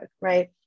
right